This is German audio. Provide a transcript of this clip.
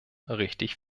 richtig